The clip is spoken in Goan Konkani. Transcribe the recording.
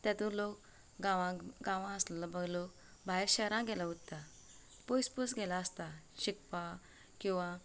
तेतूंत लोक गांवाक गांवा आसलेलो पळय लोक भायर शहरान गेलो उत्ता पयस पयस गेलो आसता शिकपाक किंवां